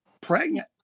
pregnant